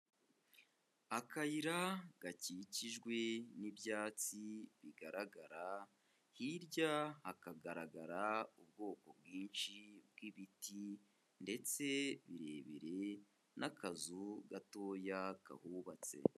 Akayira gakikijwe n'ibyatsi bigaragara, hirya hakagaragara ubwoko bwinshi bw'ibiti ndetse birebire n'akazu gatoya kahubatse.